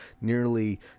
nearly